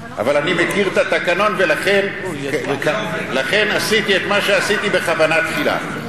אבל אני מכיר את התקנון ולכן עשיתי את מה שעשיתי בכוונה תחילה.